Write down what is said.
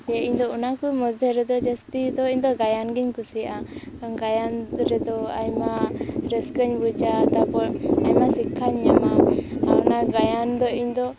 ᱡᱮ ᱤᱧ ᱫᱚ ᱚᱱᱟ ᱠᱚ ᱢᱚᱫᱽᱫᱷᱮ ᱨᱮᱫᱚ ᱡᱟᱹᱥᱛᱤ ᱫᱚ ᱤᱧ ᱫᱚ ᱜᱟᱭᱟᱱ ᱜᱮᱧ ᱠᱩᱥᱤᱭᱟᱜᱼᱟ ᱜᱟᱭᱟᱱ ᱨᱮᱫᱚ ᱟᱭᱢᱟ ᱨᱟᱹᱥᱠᱟᱹᱧ ᱵᱩᱡᱟ ᱛᱟᱨᱯᱚᱨ ᱟᱭᱢᱟ ᱥᱤᱠᱠᱷᱟᱧ ᱧᱟᱢᱟ ᱟᱨ ᱚᱱᱟ ᱜᱟᱭᱟᱱ ᱫᱚ ᱤᱧ ᱫᱚ